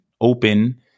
open